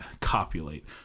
copulate